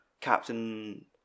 Captain